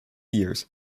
years